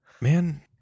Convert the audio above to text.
Man